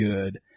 good